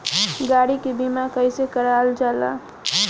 गाड़ी के बीमा कईसे करल जाला?